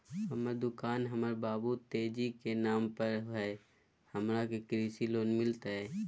हमर दुकान हमर बाबु तेजी के नाम पर हई, हमरा के कृषि लोन मिलतई?